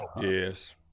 yes